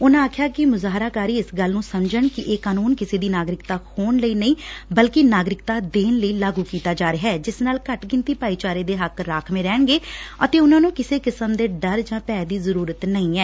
ਉਨ੍ਹਾ ਆਖਿਆ ਕਿ ਮੁਜ਼ਾਹਰਾਕਾਰੀ ਇਸ ਗੋਲ ਨੂੰ ਸਮਝਣ ਕਿ ਇਹ ਕਾਨੁੰਨ ਕਿਸੇ ਦੀ ਨਾਗਰਿਕਤਾ ਖੋਹਣ ਲਈ ਨਹੀ ਬਲਕਿ ਨਾਗਰਿਕਤਾ ਦੇਣ ਲਈ ਲਾਗੁ ਕੀਤਾ ਜਾ ਰਿਹਾ ਜਿਸ ਨਾਲ ਘੱਟ ਗਿਣਤੀ ਭਾਈਚਾਰੇ ਦੇ ਹੱਕ ਰਾਖਵੇਂ ਰਹਿਣਗੇ ਅਤੇ ਉਨੂਾਂ ਨੂੰ ਕਿਸੇ ਕਿਸਮੂ ਦੇ ਡਰ ਭੈਅ ਦੀ ਜ਼ਰੁਰਤ ਨਹੀ ਏ